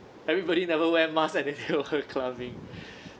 everybody never wear masks and then they were clubbing